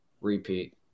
repeat